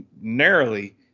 narrowly